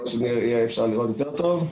ואפילו תרגמו אותו.